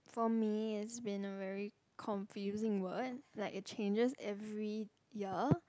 for me has been a very confusing word like it changes every year